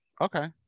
Okay